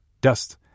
dust